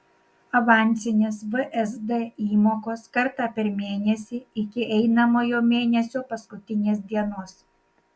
avansinės vsd įmokos kartą per mėnesį iki einamojo mėnesio paskutinės dienos